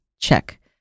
check